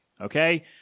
okay